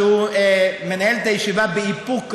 שהוא מנהל את הישיבה באיפוק רב.